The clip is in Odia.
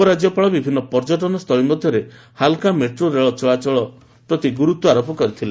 ଉପରାଜ୍ୟପାଳ ବିଭିନ୍ନ ପର୍ଯ୍ୟଟନ ସ୍ଥଳୀ ମଧ୍ୟରେ ହାଲ୍କା ମେଟ୍ରେ ରେଳ ସଂଯୋଗ ପ୍ରତି ଗୁରୁତ୍ୱ ଆରୋପ କରିଥିଲେ